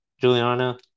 Juliana